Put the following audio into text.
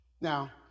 Now